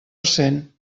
cent